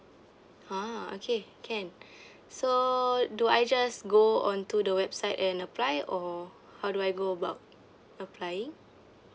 ha okay can so do I just go on to the website and apply or how do I go about applying